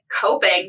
coping